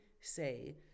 say